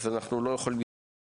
אז אנחנו לא יכולים להסתכל